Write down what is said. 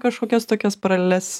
kažkokias tokias paraleles